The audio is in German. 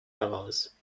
heraus